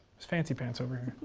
miss fancy pants over here.